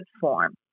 form